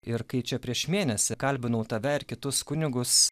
ir kai čia prieš mėnesį kalbinau tave ir kitus kunigus